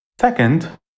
Second